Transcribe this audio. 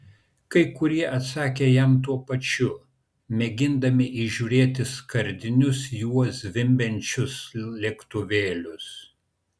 kai kurie atsakė jam tuo pačiu mėgindami įžiūrėti skardinius juo zvimbiančius lėktuvėlius